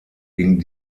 ging